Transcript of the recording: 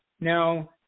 Now